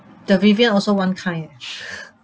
the vivian also one kind eh